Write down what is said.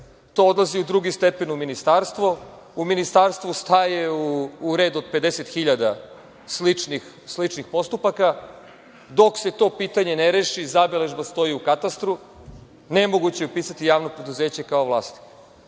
to odlazi u drugi stepen, u ministarstvo. U ministarstvu staje u red od 50.000 sličnih postupaka. Dok se to pitanje ne reši zabeležno stoji u katastru, nemoguće je upisati javno preduzeće kao vlasnik.